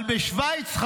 אבל בשווייץ,